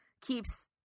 keeps